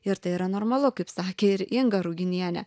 ir tai yra normalu kaip sakė ir inga ruginienė